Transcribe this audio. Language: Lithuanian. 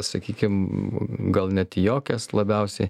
sakykim gal net į jokias labiausiai